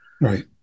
Right